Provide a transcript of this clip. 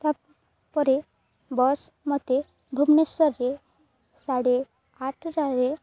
ତାପରେ ବସ୍ ମୋତେ ଭୁବନେଶ୍ୱରରେ ସାଡ଼େ ଆଠଟାରେ